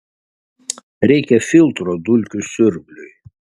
reikia filtro dulkių siurbliui